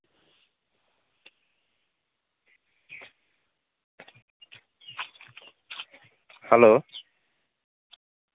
hello